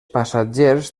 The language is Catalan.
passatgers